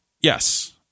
Yes